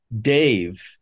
Dave